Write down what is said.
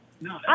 No